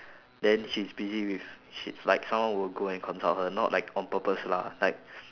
then she's busy with she's like someone will go and consult her not like on purpose lah like